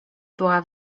była